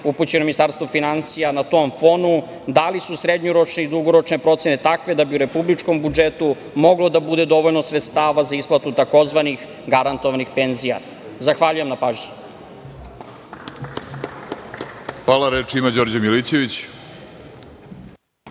upućeno Ministarstvu finansija na tom fonu, da li su srednjoročni i dugoročne procene takve da bi u republičkom budžetu moglo da bude dovoljno sredstva za isplatu tzv. garantovanih penzija? Zahvaljujem na pažnji. **Vladimir Orlić**